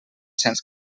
cents